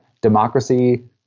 democracy